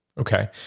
Okay